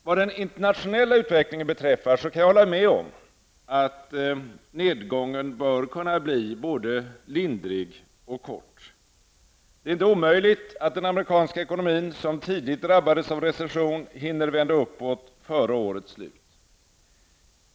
Vad den internationella utvecklingen beträffar kan jag hålla med om att nedgången bör kunna bli både lindrig och kort. Det är inte omöjligt att den amerikanska ekonomin, som tidigt drabbades av recession, hinner vända uppåt före årets slut.